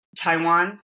Taiwan